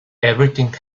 everything